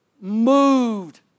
moved